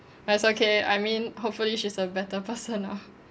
but it's okay I mean hopefully she's a better person now